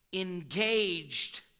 engaged